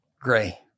gray